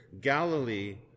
Galilee